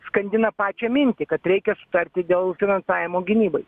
skandina pačią mintį kad reikia sutarti dėl finansavimo gynybai